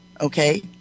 okay